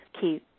key